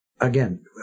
Again